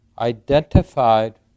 identified